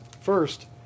First